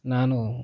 ನಾನು